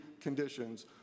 conditions